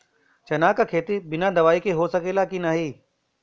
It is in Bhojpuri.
चना के खेती बिना दवाई के हो सकेला की नाही?